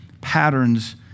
patterns